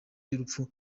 y’urupfu